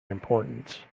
importance